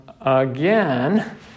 again